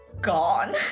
gone